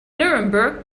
nuremberg